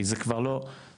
כי זה כבר לא,